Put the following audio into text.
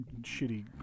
shitty